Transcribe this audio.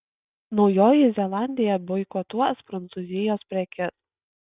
naujoji zelandija boikotuos prancūzijos prekes